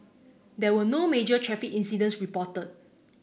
there were no major traffic incidents reported